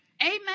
Amen